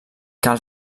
cal